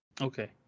Okay